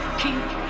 keep